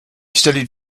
studied